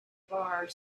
bar